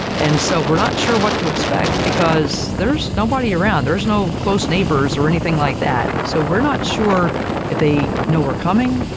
and so, we're not sure what to expect because there's nobody around there's no close neighbors or anything like that. so, we're not sure if they know we're coming,